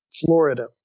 Florida